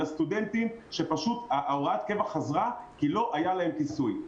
אלא סטודנטים שפשוט הוראת הקבע חזרה כי לא היה להם כיסוי.